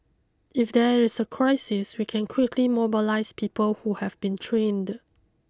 if there is a crisis we can quickly mobilise people who have been trained